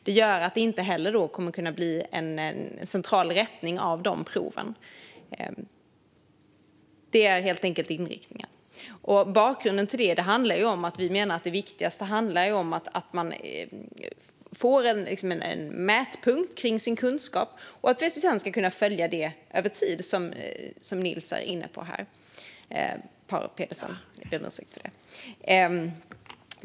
Det gör att det inte kommer att kunna göras någon central rättning av dessa prov. Detta är inriktningen. Vi menar att det viktigaste är att man får en mätpunkt när det gäller kunskap och att detta sedan kan följas över tid, som Niels Paarup-Petersen var inne på.